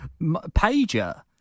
pager